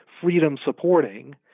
freedom-supporting